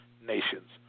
nations